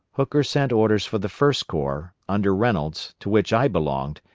hooker sent orders for the first corps, under reynolds, to which i belonged,